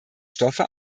stoffe